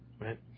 Right